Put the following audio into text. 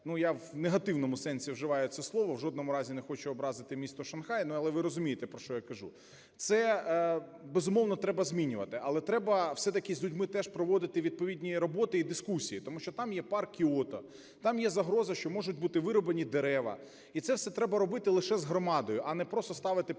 я в негативному сенсі вживаю це слово, в жодному разі не хочу образити місто Шанхай, але ви розумієте, про що я кажу. Це, безумовно, треба змінювати, але треба все-таки з людьми теж проводити відповідні роботи і дискусії, тому що там є парк Кіото, там є загроза, що можуть бути вирублені дерева. І це все треба робити лише з громадою, а не просто ставити перед